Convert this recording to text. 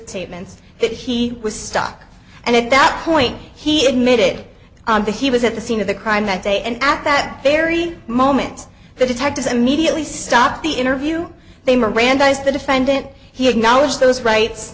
statements that he was stuck and at that point he admitted the he was at the scene of the crime that day and at that very moment the detectives immediately stopped the interview they mirandized the defendant he acknowledge